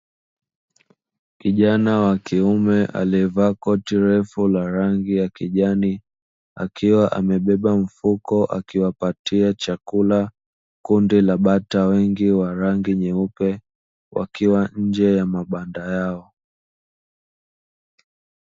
Kijana wa kiume aliyevaa koti refu la rangi ya kijani akiwa amebeba mfuko akiwapatia chakula kundi la bata wengi wa rangi nyeupe wakiwa nje ya mabanda yao.